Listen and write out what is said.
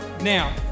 Now